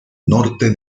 norte